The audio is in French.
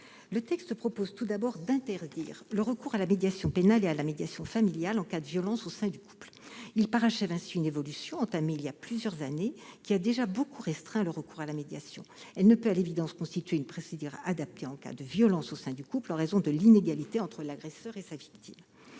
Le texte propose, tout d'abord, d'interdire le recours à la médiation pénale et à la médiation familiale en cas de violences au sein du couple. Il parachève ainsi une évolution, entamée il y a plusieurs années, qui a déjà beaucoup restreint le recours à la médiation : elle ne peut à l'évidence constituer une procédure adaptée en cas de violences au sein du couple en raison de l'inégalité entre l'agresseur et sa victime.